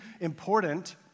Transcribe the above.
important